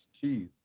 cheese